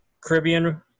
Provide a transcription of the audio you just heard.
Caribbean